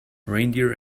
reindeer